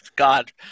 god